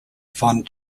fond